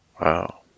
wow